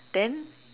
then